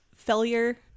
failure